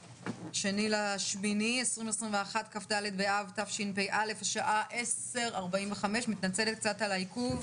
היום ה-2.8.2021 כ"ד באב תשפ"א השעה 10:45. אני מתנצלת על העיכוב,